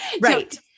Right